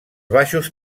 baixos